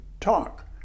talk